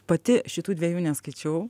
pati šitų dvejų neskaičiau